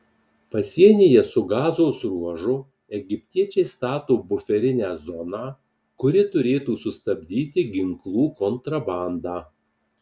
pasienyje su gazos ruožu egiptiečiai stato buferinę zoną kuri turėtų sustabdyti ginklų kontrabandą